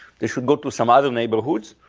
they should go to some other neighborhoods.